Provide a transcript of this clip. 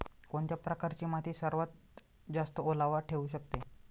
कोणत्या प्रकारची माती सर्वात जास्त ओलावा ठेवू शकते?